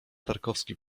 tarkowski